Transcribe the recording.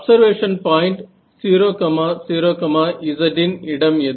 observation point 00z இன் இடம் எது